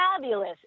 fabulous